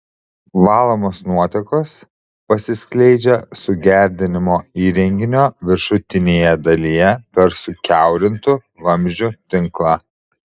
valomos nuotekos pasiskleidžia sugerdinimo įrenginio viršutinėje dalyje per sukiaurintų vamzdžių tinklą